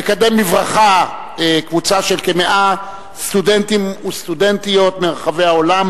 לקדם בברכה קבוצה של כ-100 סטודנטים וסטודנטיות מרחבי העולם